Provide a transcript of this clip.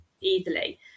easily